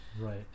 right